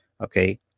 Okay